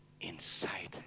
inside